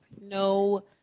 no